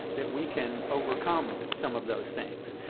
that we can overcome some of those things.